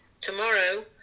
tomorrow